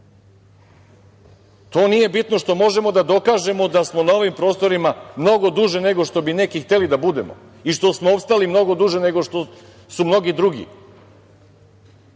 Nije bitno što možemo da dokažemo da smo na ovim prostorima mnogo duže nego što bi neki hteli da budemo i što smo opstali mnogo duže nego što su mnogi drugi